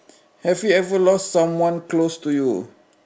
have you ever lost someone close to you